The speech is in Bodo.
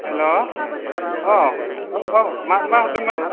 हेल' औ औ मानोबा हरदोंमोन